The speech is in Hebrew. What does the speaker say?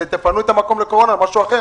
תפנו מקום לטיפול בקורונה במקום אחר